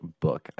book